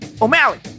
O'Malley